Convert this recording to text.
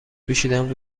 پوشیدن